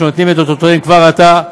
שנותנים את אותותיהם כבר עתה.